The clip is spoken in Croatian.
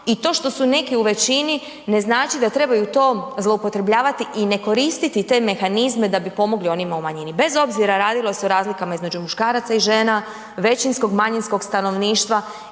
i to što su neki u većini ne znači da trebaju to zloupotrebljavati i ne koristiti te mehanizme da bi pomogli onima u manjini, bez obzira radilo se o razlikama između muškaraca i žena, većinskog, manjinskog stanovništva